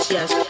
Yes